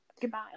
goodbye